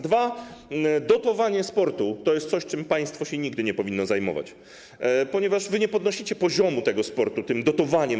Dwa - dotowanie sportu to jest coś, czym państwo się nigdy nie powinno zajmować, ponieważ wy nie podnosicie poziomu sportu jego dotowaniem.